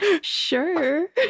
Sure